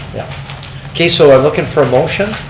yeah okay, so we're looking for a motion